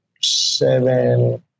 seven